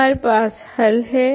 हमारे पास हल है